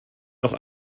noch